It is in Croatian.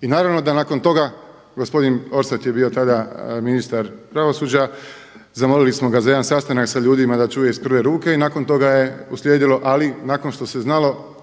I naravno da nakon toga gospodin Orsat je bio tada ministar pravosuđa, zamolili smo ga za jedan sastanak sa ljudima da čuje iz prve ruke i nakon toga je uslijedilo, ali nakon što se znalo